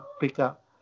pickup